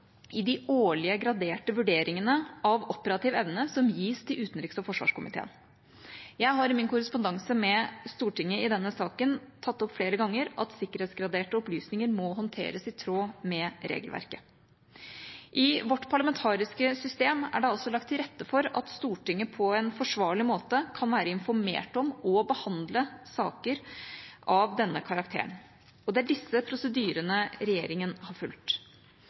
i de årlige graderte vurderingene av operativ evne som gis til utenriks- og forsvarskomiteen. Jeg har i min korrespondanse med Stortinget i denne saken tatt opp flere ganger at sikkerhetsgraderte opplysninger må håndteres i tråd med regelverket. I vårt parlamentariske system er det altså lagt til rette for at Stortinget på en forsvarlig måte kan være informert om og behandle saker av denne karakter, og det er disse prosedyrene regjeringa har fulgt.